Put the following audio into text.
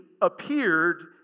appeared